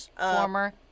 former